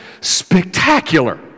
spectacular